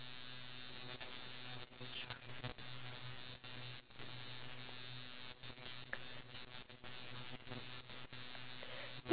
due to the fact that you're constantly with your phone you feel like you interacting with the phone itself when it comes to interacting with